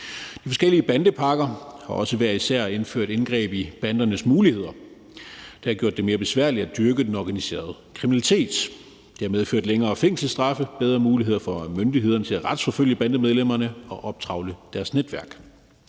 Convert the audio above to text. De forskellige bandepakker har også hver især indført indgreb i bandernes muligheder. Det har gjort det mere besværligt at dyrke den organiserede kriminalitet. Det har medført længere fængselsstraffe og bedre muligheder for myndighederne til at retsforfølge bandemedlemmerne og optrævle deres netværk.